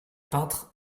peintre